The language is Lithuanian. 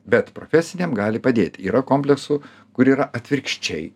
bet profesiniam gali padėti yra kompleksų kur yra atvirkščiai